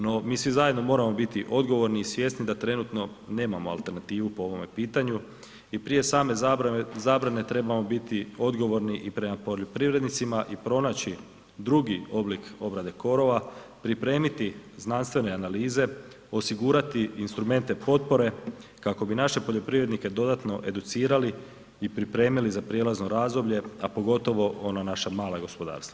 No, mi svi zajedno moramo biti odgovorni i svjesni da trenutno nemamo alternativu po ovome pitanju i prije same zabrane trebamo odgovorni i prema poljoprivrednicima i pronaći drugi oblik obrade korova, pripremiti znanstvene analize, osigurati instrumente potpore kako bi naše poljoprivrednike dodatno educirali i pripremili za prijelazno razdoblje, a pogotovo ono naša mala gospodarstva.